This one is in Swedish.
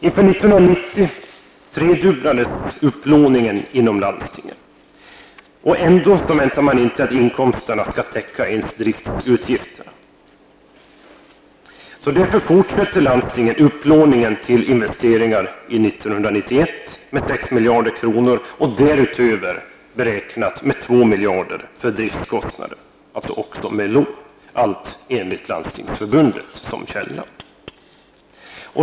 Inför 1990 tredubblades upplåningen inom landstingen. Trots detta väntar man inte att inkomsterna skall täcka ens driftsutgifterna. Därför fortsätter landstingen upplåningen till investeringar 1991 med 6 miljarder kronor och därutöver 2 miljarder kronor för driftskostnader, också med lån. När det gäller allt detta är Landstingsförbundet källa.